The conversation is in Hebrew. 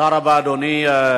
תודה רבה, אדוני.